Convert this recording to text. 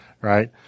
right